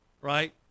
right